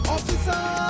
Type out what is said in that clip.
Officer